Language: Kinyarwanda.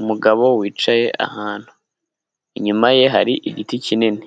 Umugabo wicaye ahantu, inyuma ye hari igiti kinini,